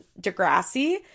Degrassi